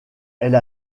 elle